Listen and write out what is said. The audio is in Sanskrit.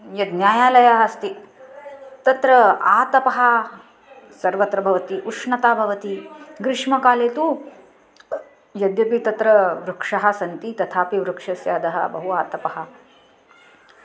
यद् न्यायालयः अस्ति तत्र आतपः सर्वत्र भवति उष्णता भवति ग्रीष्मकाले तु यद्यपि तत्र वृक्षाः सन्ति तथापि वृक्षस्य अधः बहु आतपः